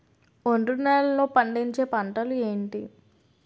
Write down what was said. ఒండ్రు నేలలో పండించే పంటలు ఏంటి?